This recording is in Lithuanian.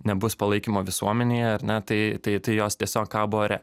nebus palaikymo visuomenėje ar ne tai tai jos tiesiog kabo ore